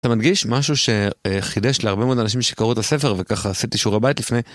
אתה מדגיש משהו שחידש להרבה מאוד אנשים שקראו את הספר וככה עשיתי שיעורי בית לפני.